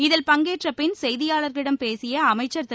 இதில் பங்கேற்ற பின் செய்தியாளர்களிடம் பேசிய அமைச்சர் திரு